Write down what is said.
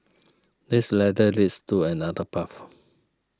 this ladder leads to another path